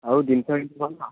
ଆଉ ଜିନିଷ କେମିତି ଭଲ